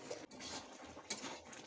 लागत फसल की होय?